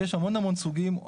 ויש המון המון סוגים.